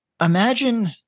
Imagine